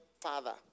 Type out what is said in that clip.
father